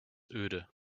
öde